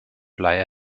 blei